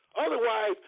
otherwise